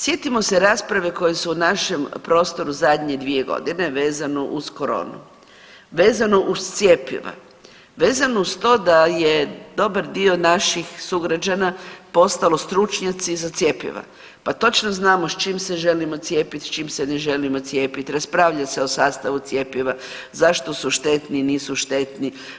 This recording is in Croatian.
Sjetimo se rasprave koje su u našem prostoru zadnje dvije godine vezano uz koronu, vezano uz cjepiva, vezano uz to da je dobar dio naših sugrađana postalo stručnjaci za cjepiva, pa točno znamo s čim se želimo cijepiti, s čim se ne želimo cijepiti, raspravljat se o sastavu cjepiva, zašto su štetni, nisu štetni.